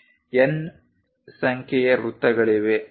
N ಸಂಖ್ಯೆಯ ವೃತ್ತಗಳಿವೆ